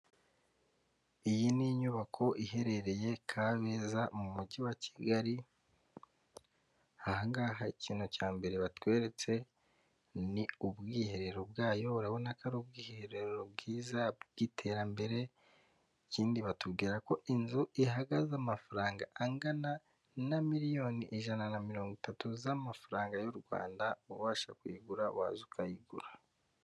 Iyi ni inyubako iherereye kabeza mu mujyi wa kigali hangaha ikintu cya mbere batweretse ni ubwiherero bwayo urabona ko ari ubwiherero bwiza bw'iterambere ikindi batubwira ko inzu ihagaze amafaranga angana na miliyoni ijana na mirongo itatu z'amafaranga y'u rwanda ubasha kuyigura waza ukayigura.